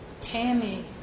Tammy